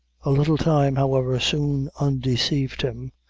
a little time, however, soon undeceived him,